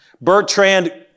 Bertrand